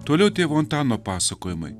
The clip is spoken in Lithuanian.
toliau tėvo antano pasakojimai